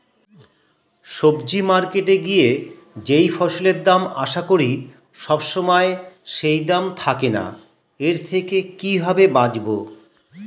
সবজি মার্কেটে গিয়ে যেই ফসলের দাম আশা করি সবসময় সেই দাম থাকে না এর থেকে কিভাবে বাঁচাবো?